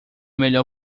melhor